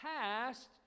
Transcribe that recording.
past